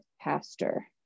pastor